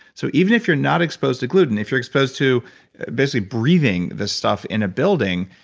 so even if you're not exposed to gluten, if you're exposed to basically breathing the stuff in a building,